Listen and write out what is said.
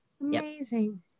amazing